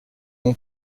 mon